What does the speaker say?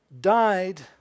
died